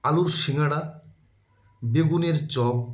আলুর শিঙাড়া বেগুনের চপ